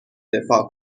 دفاع